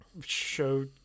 show